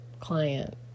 client